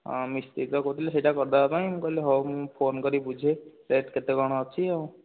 ହଁ ମିସ୍ତ୍ରୀ ତ କହୁଥିଲେ ସେଇଟା କରିଦେବା ପାଇଁ କହିଲି ହେଉ ମୁଁ ଫୋନ୍ କରିକି ବୁଝେ ରେଟ୍ କେତେ କ'ଣ ଅଛି ଆଉ